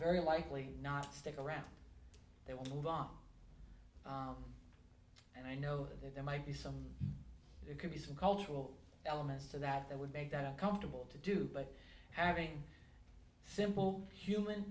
very likely not stick around they will move on and i know that there might be some it could be some cultural elements to that that would make that comfortable to do but having simple human